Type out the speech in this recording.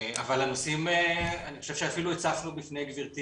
אני חושב שאפילו הצפנו בפני גבירתי